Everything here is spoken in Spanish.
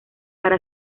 para